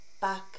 back